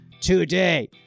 today